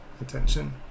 attention